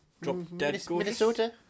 Minnesota